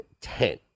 ten